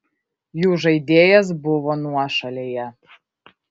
jų žaidėjas buvo nuošalėje